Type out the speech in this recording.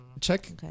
Check